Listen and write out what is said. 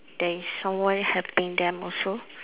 there is someone helping them also